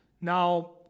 Now